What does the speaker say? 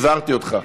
הזהרתי אותך.